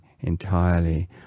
entirely